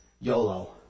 YOLO